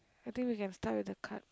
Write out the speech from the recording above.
I think we can start with the card